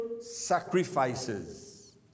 sacrifices